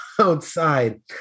outside